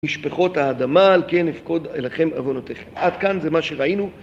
משפחות האדמה, על כן אפקוד אליכם אבונותיכם. עד כאן זה מה שראינו.